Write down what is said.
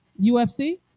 UFC